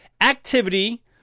activity